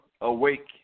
awake